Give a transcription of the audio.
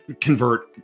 convert